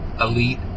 elite